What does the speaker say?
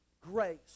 grace